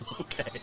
Okay